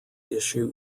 issue